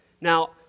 Now